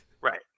Right